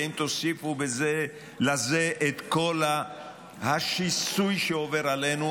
ואם תוסיפו לזה את כל השיסוי שעובר עלינו,